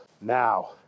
Now